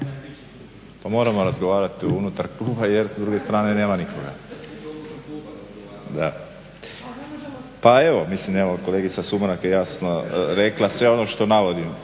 Pa moramo razgovarati unutar kluba jer s druge strane nema nikoga. Pa evo kolegica Sumrak je jasno rekla sve ono što navodim.